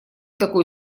такой